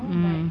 mm